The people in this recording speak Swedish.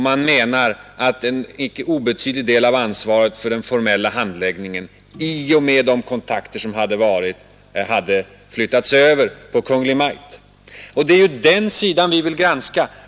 Man menar att en icke obetydlig del av ansvaret för den formella handläggningen i och med de kontakter som förekommit hade flyttats över på Kungl. Maj:t. Det är ju den sidan vi vill granska.